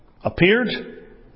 appeared